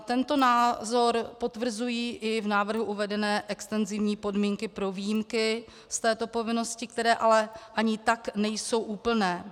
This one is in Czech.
Tento názor potvrzují i v návrhu uvedené extenzivní podmínky pro výjimky z této povinnosti, které ale ani tak nejsou úplné.